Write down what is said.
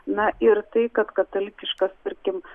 na ir tai kad katalikiškas tarkim